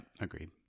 agreed